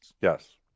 Yes